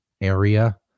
area